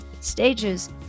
stages